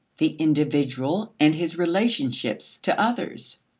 the individual and his relationships to others,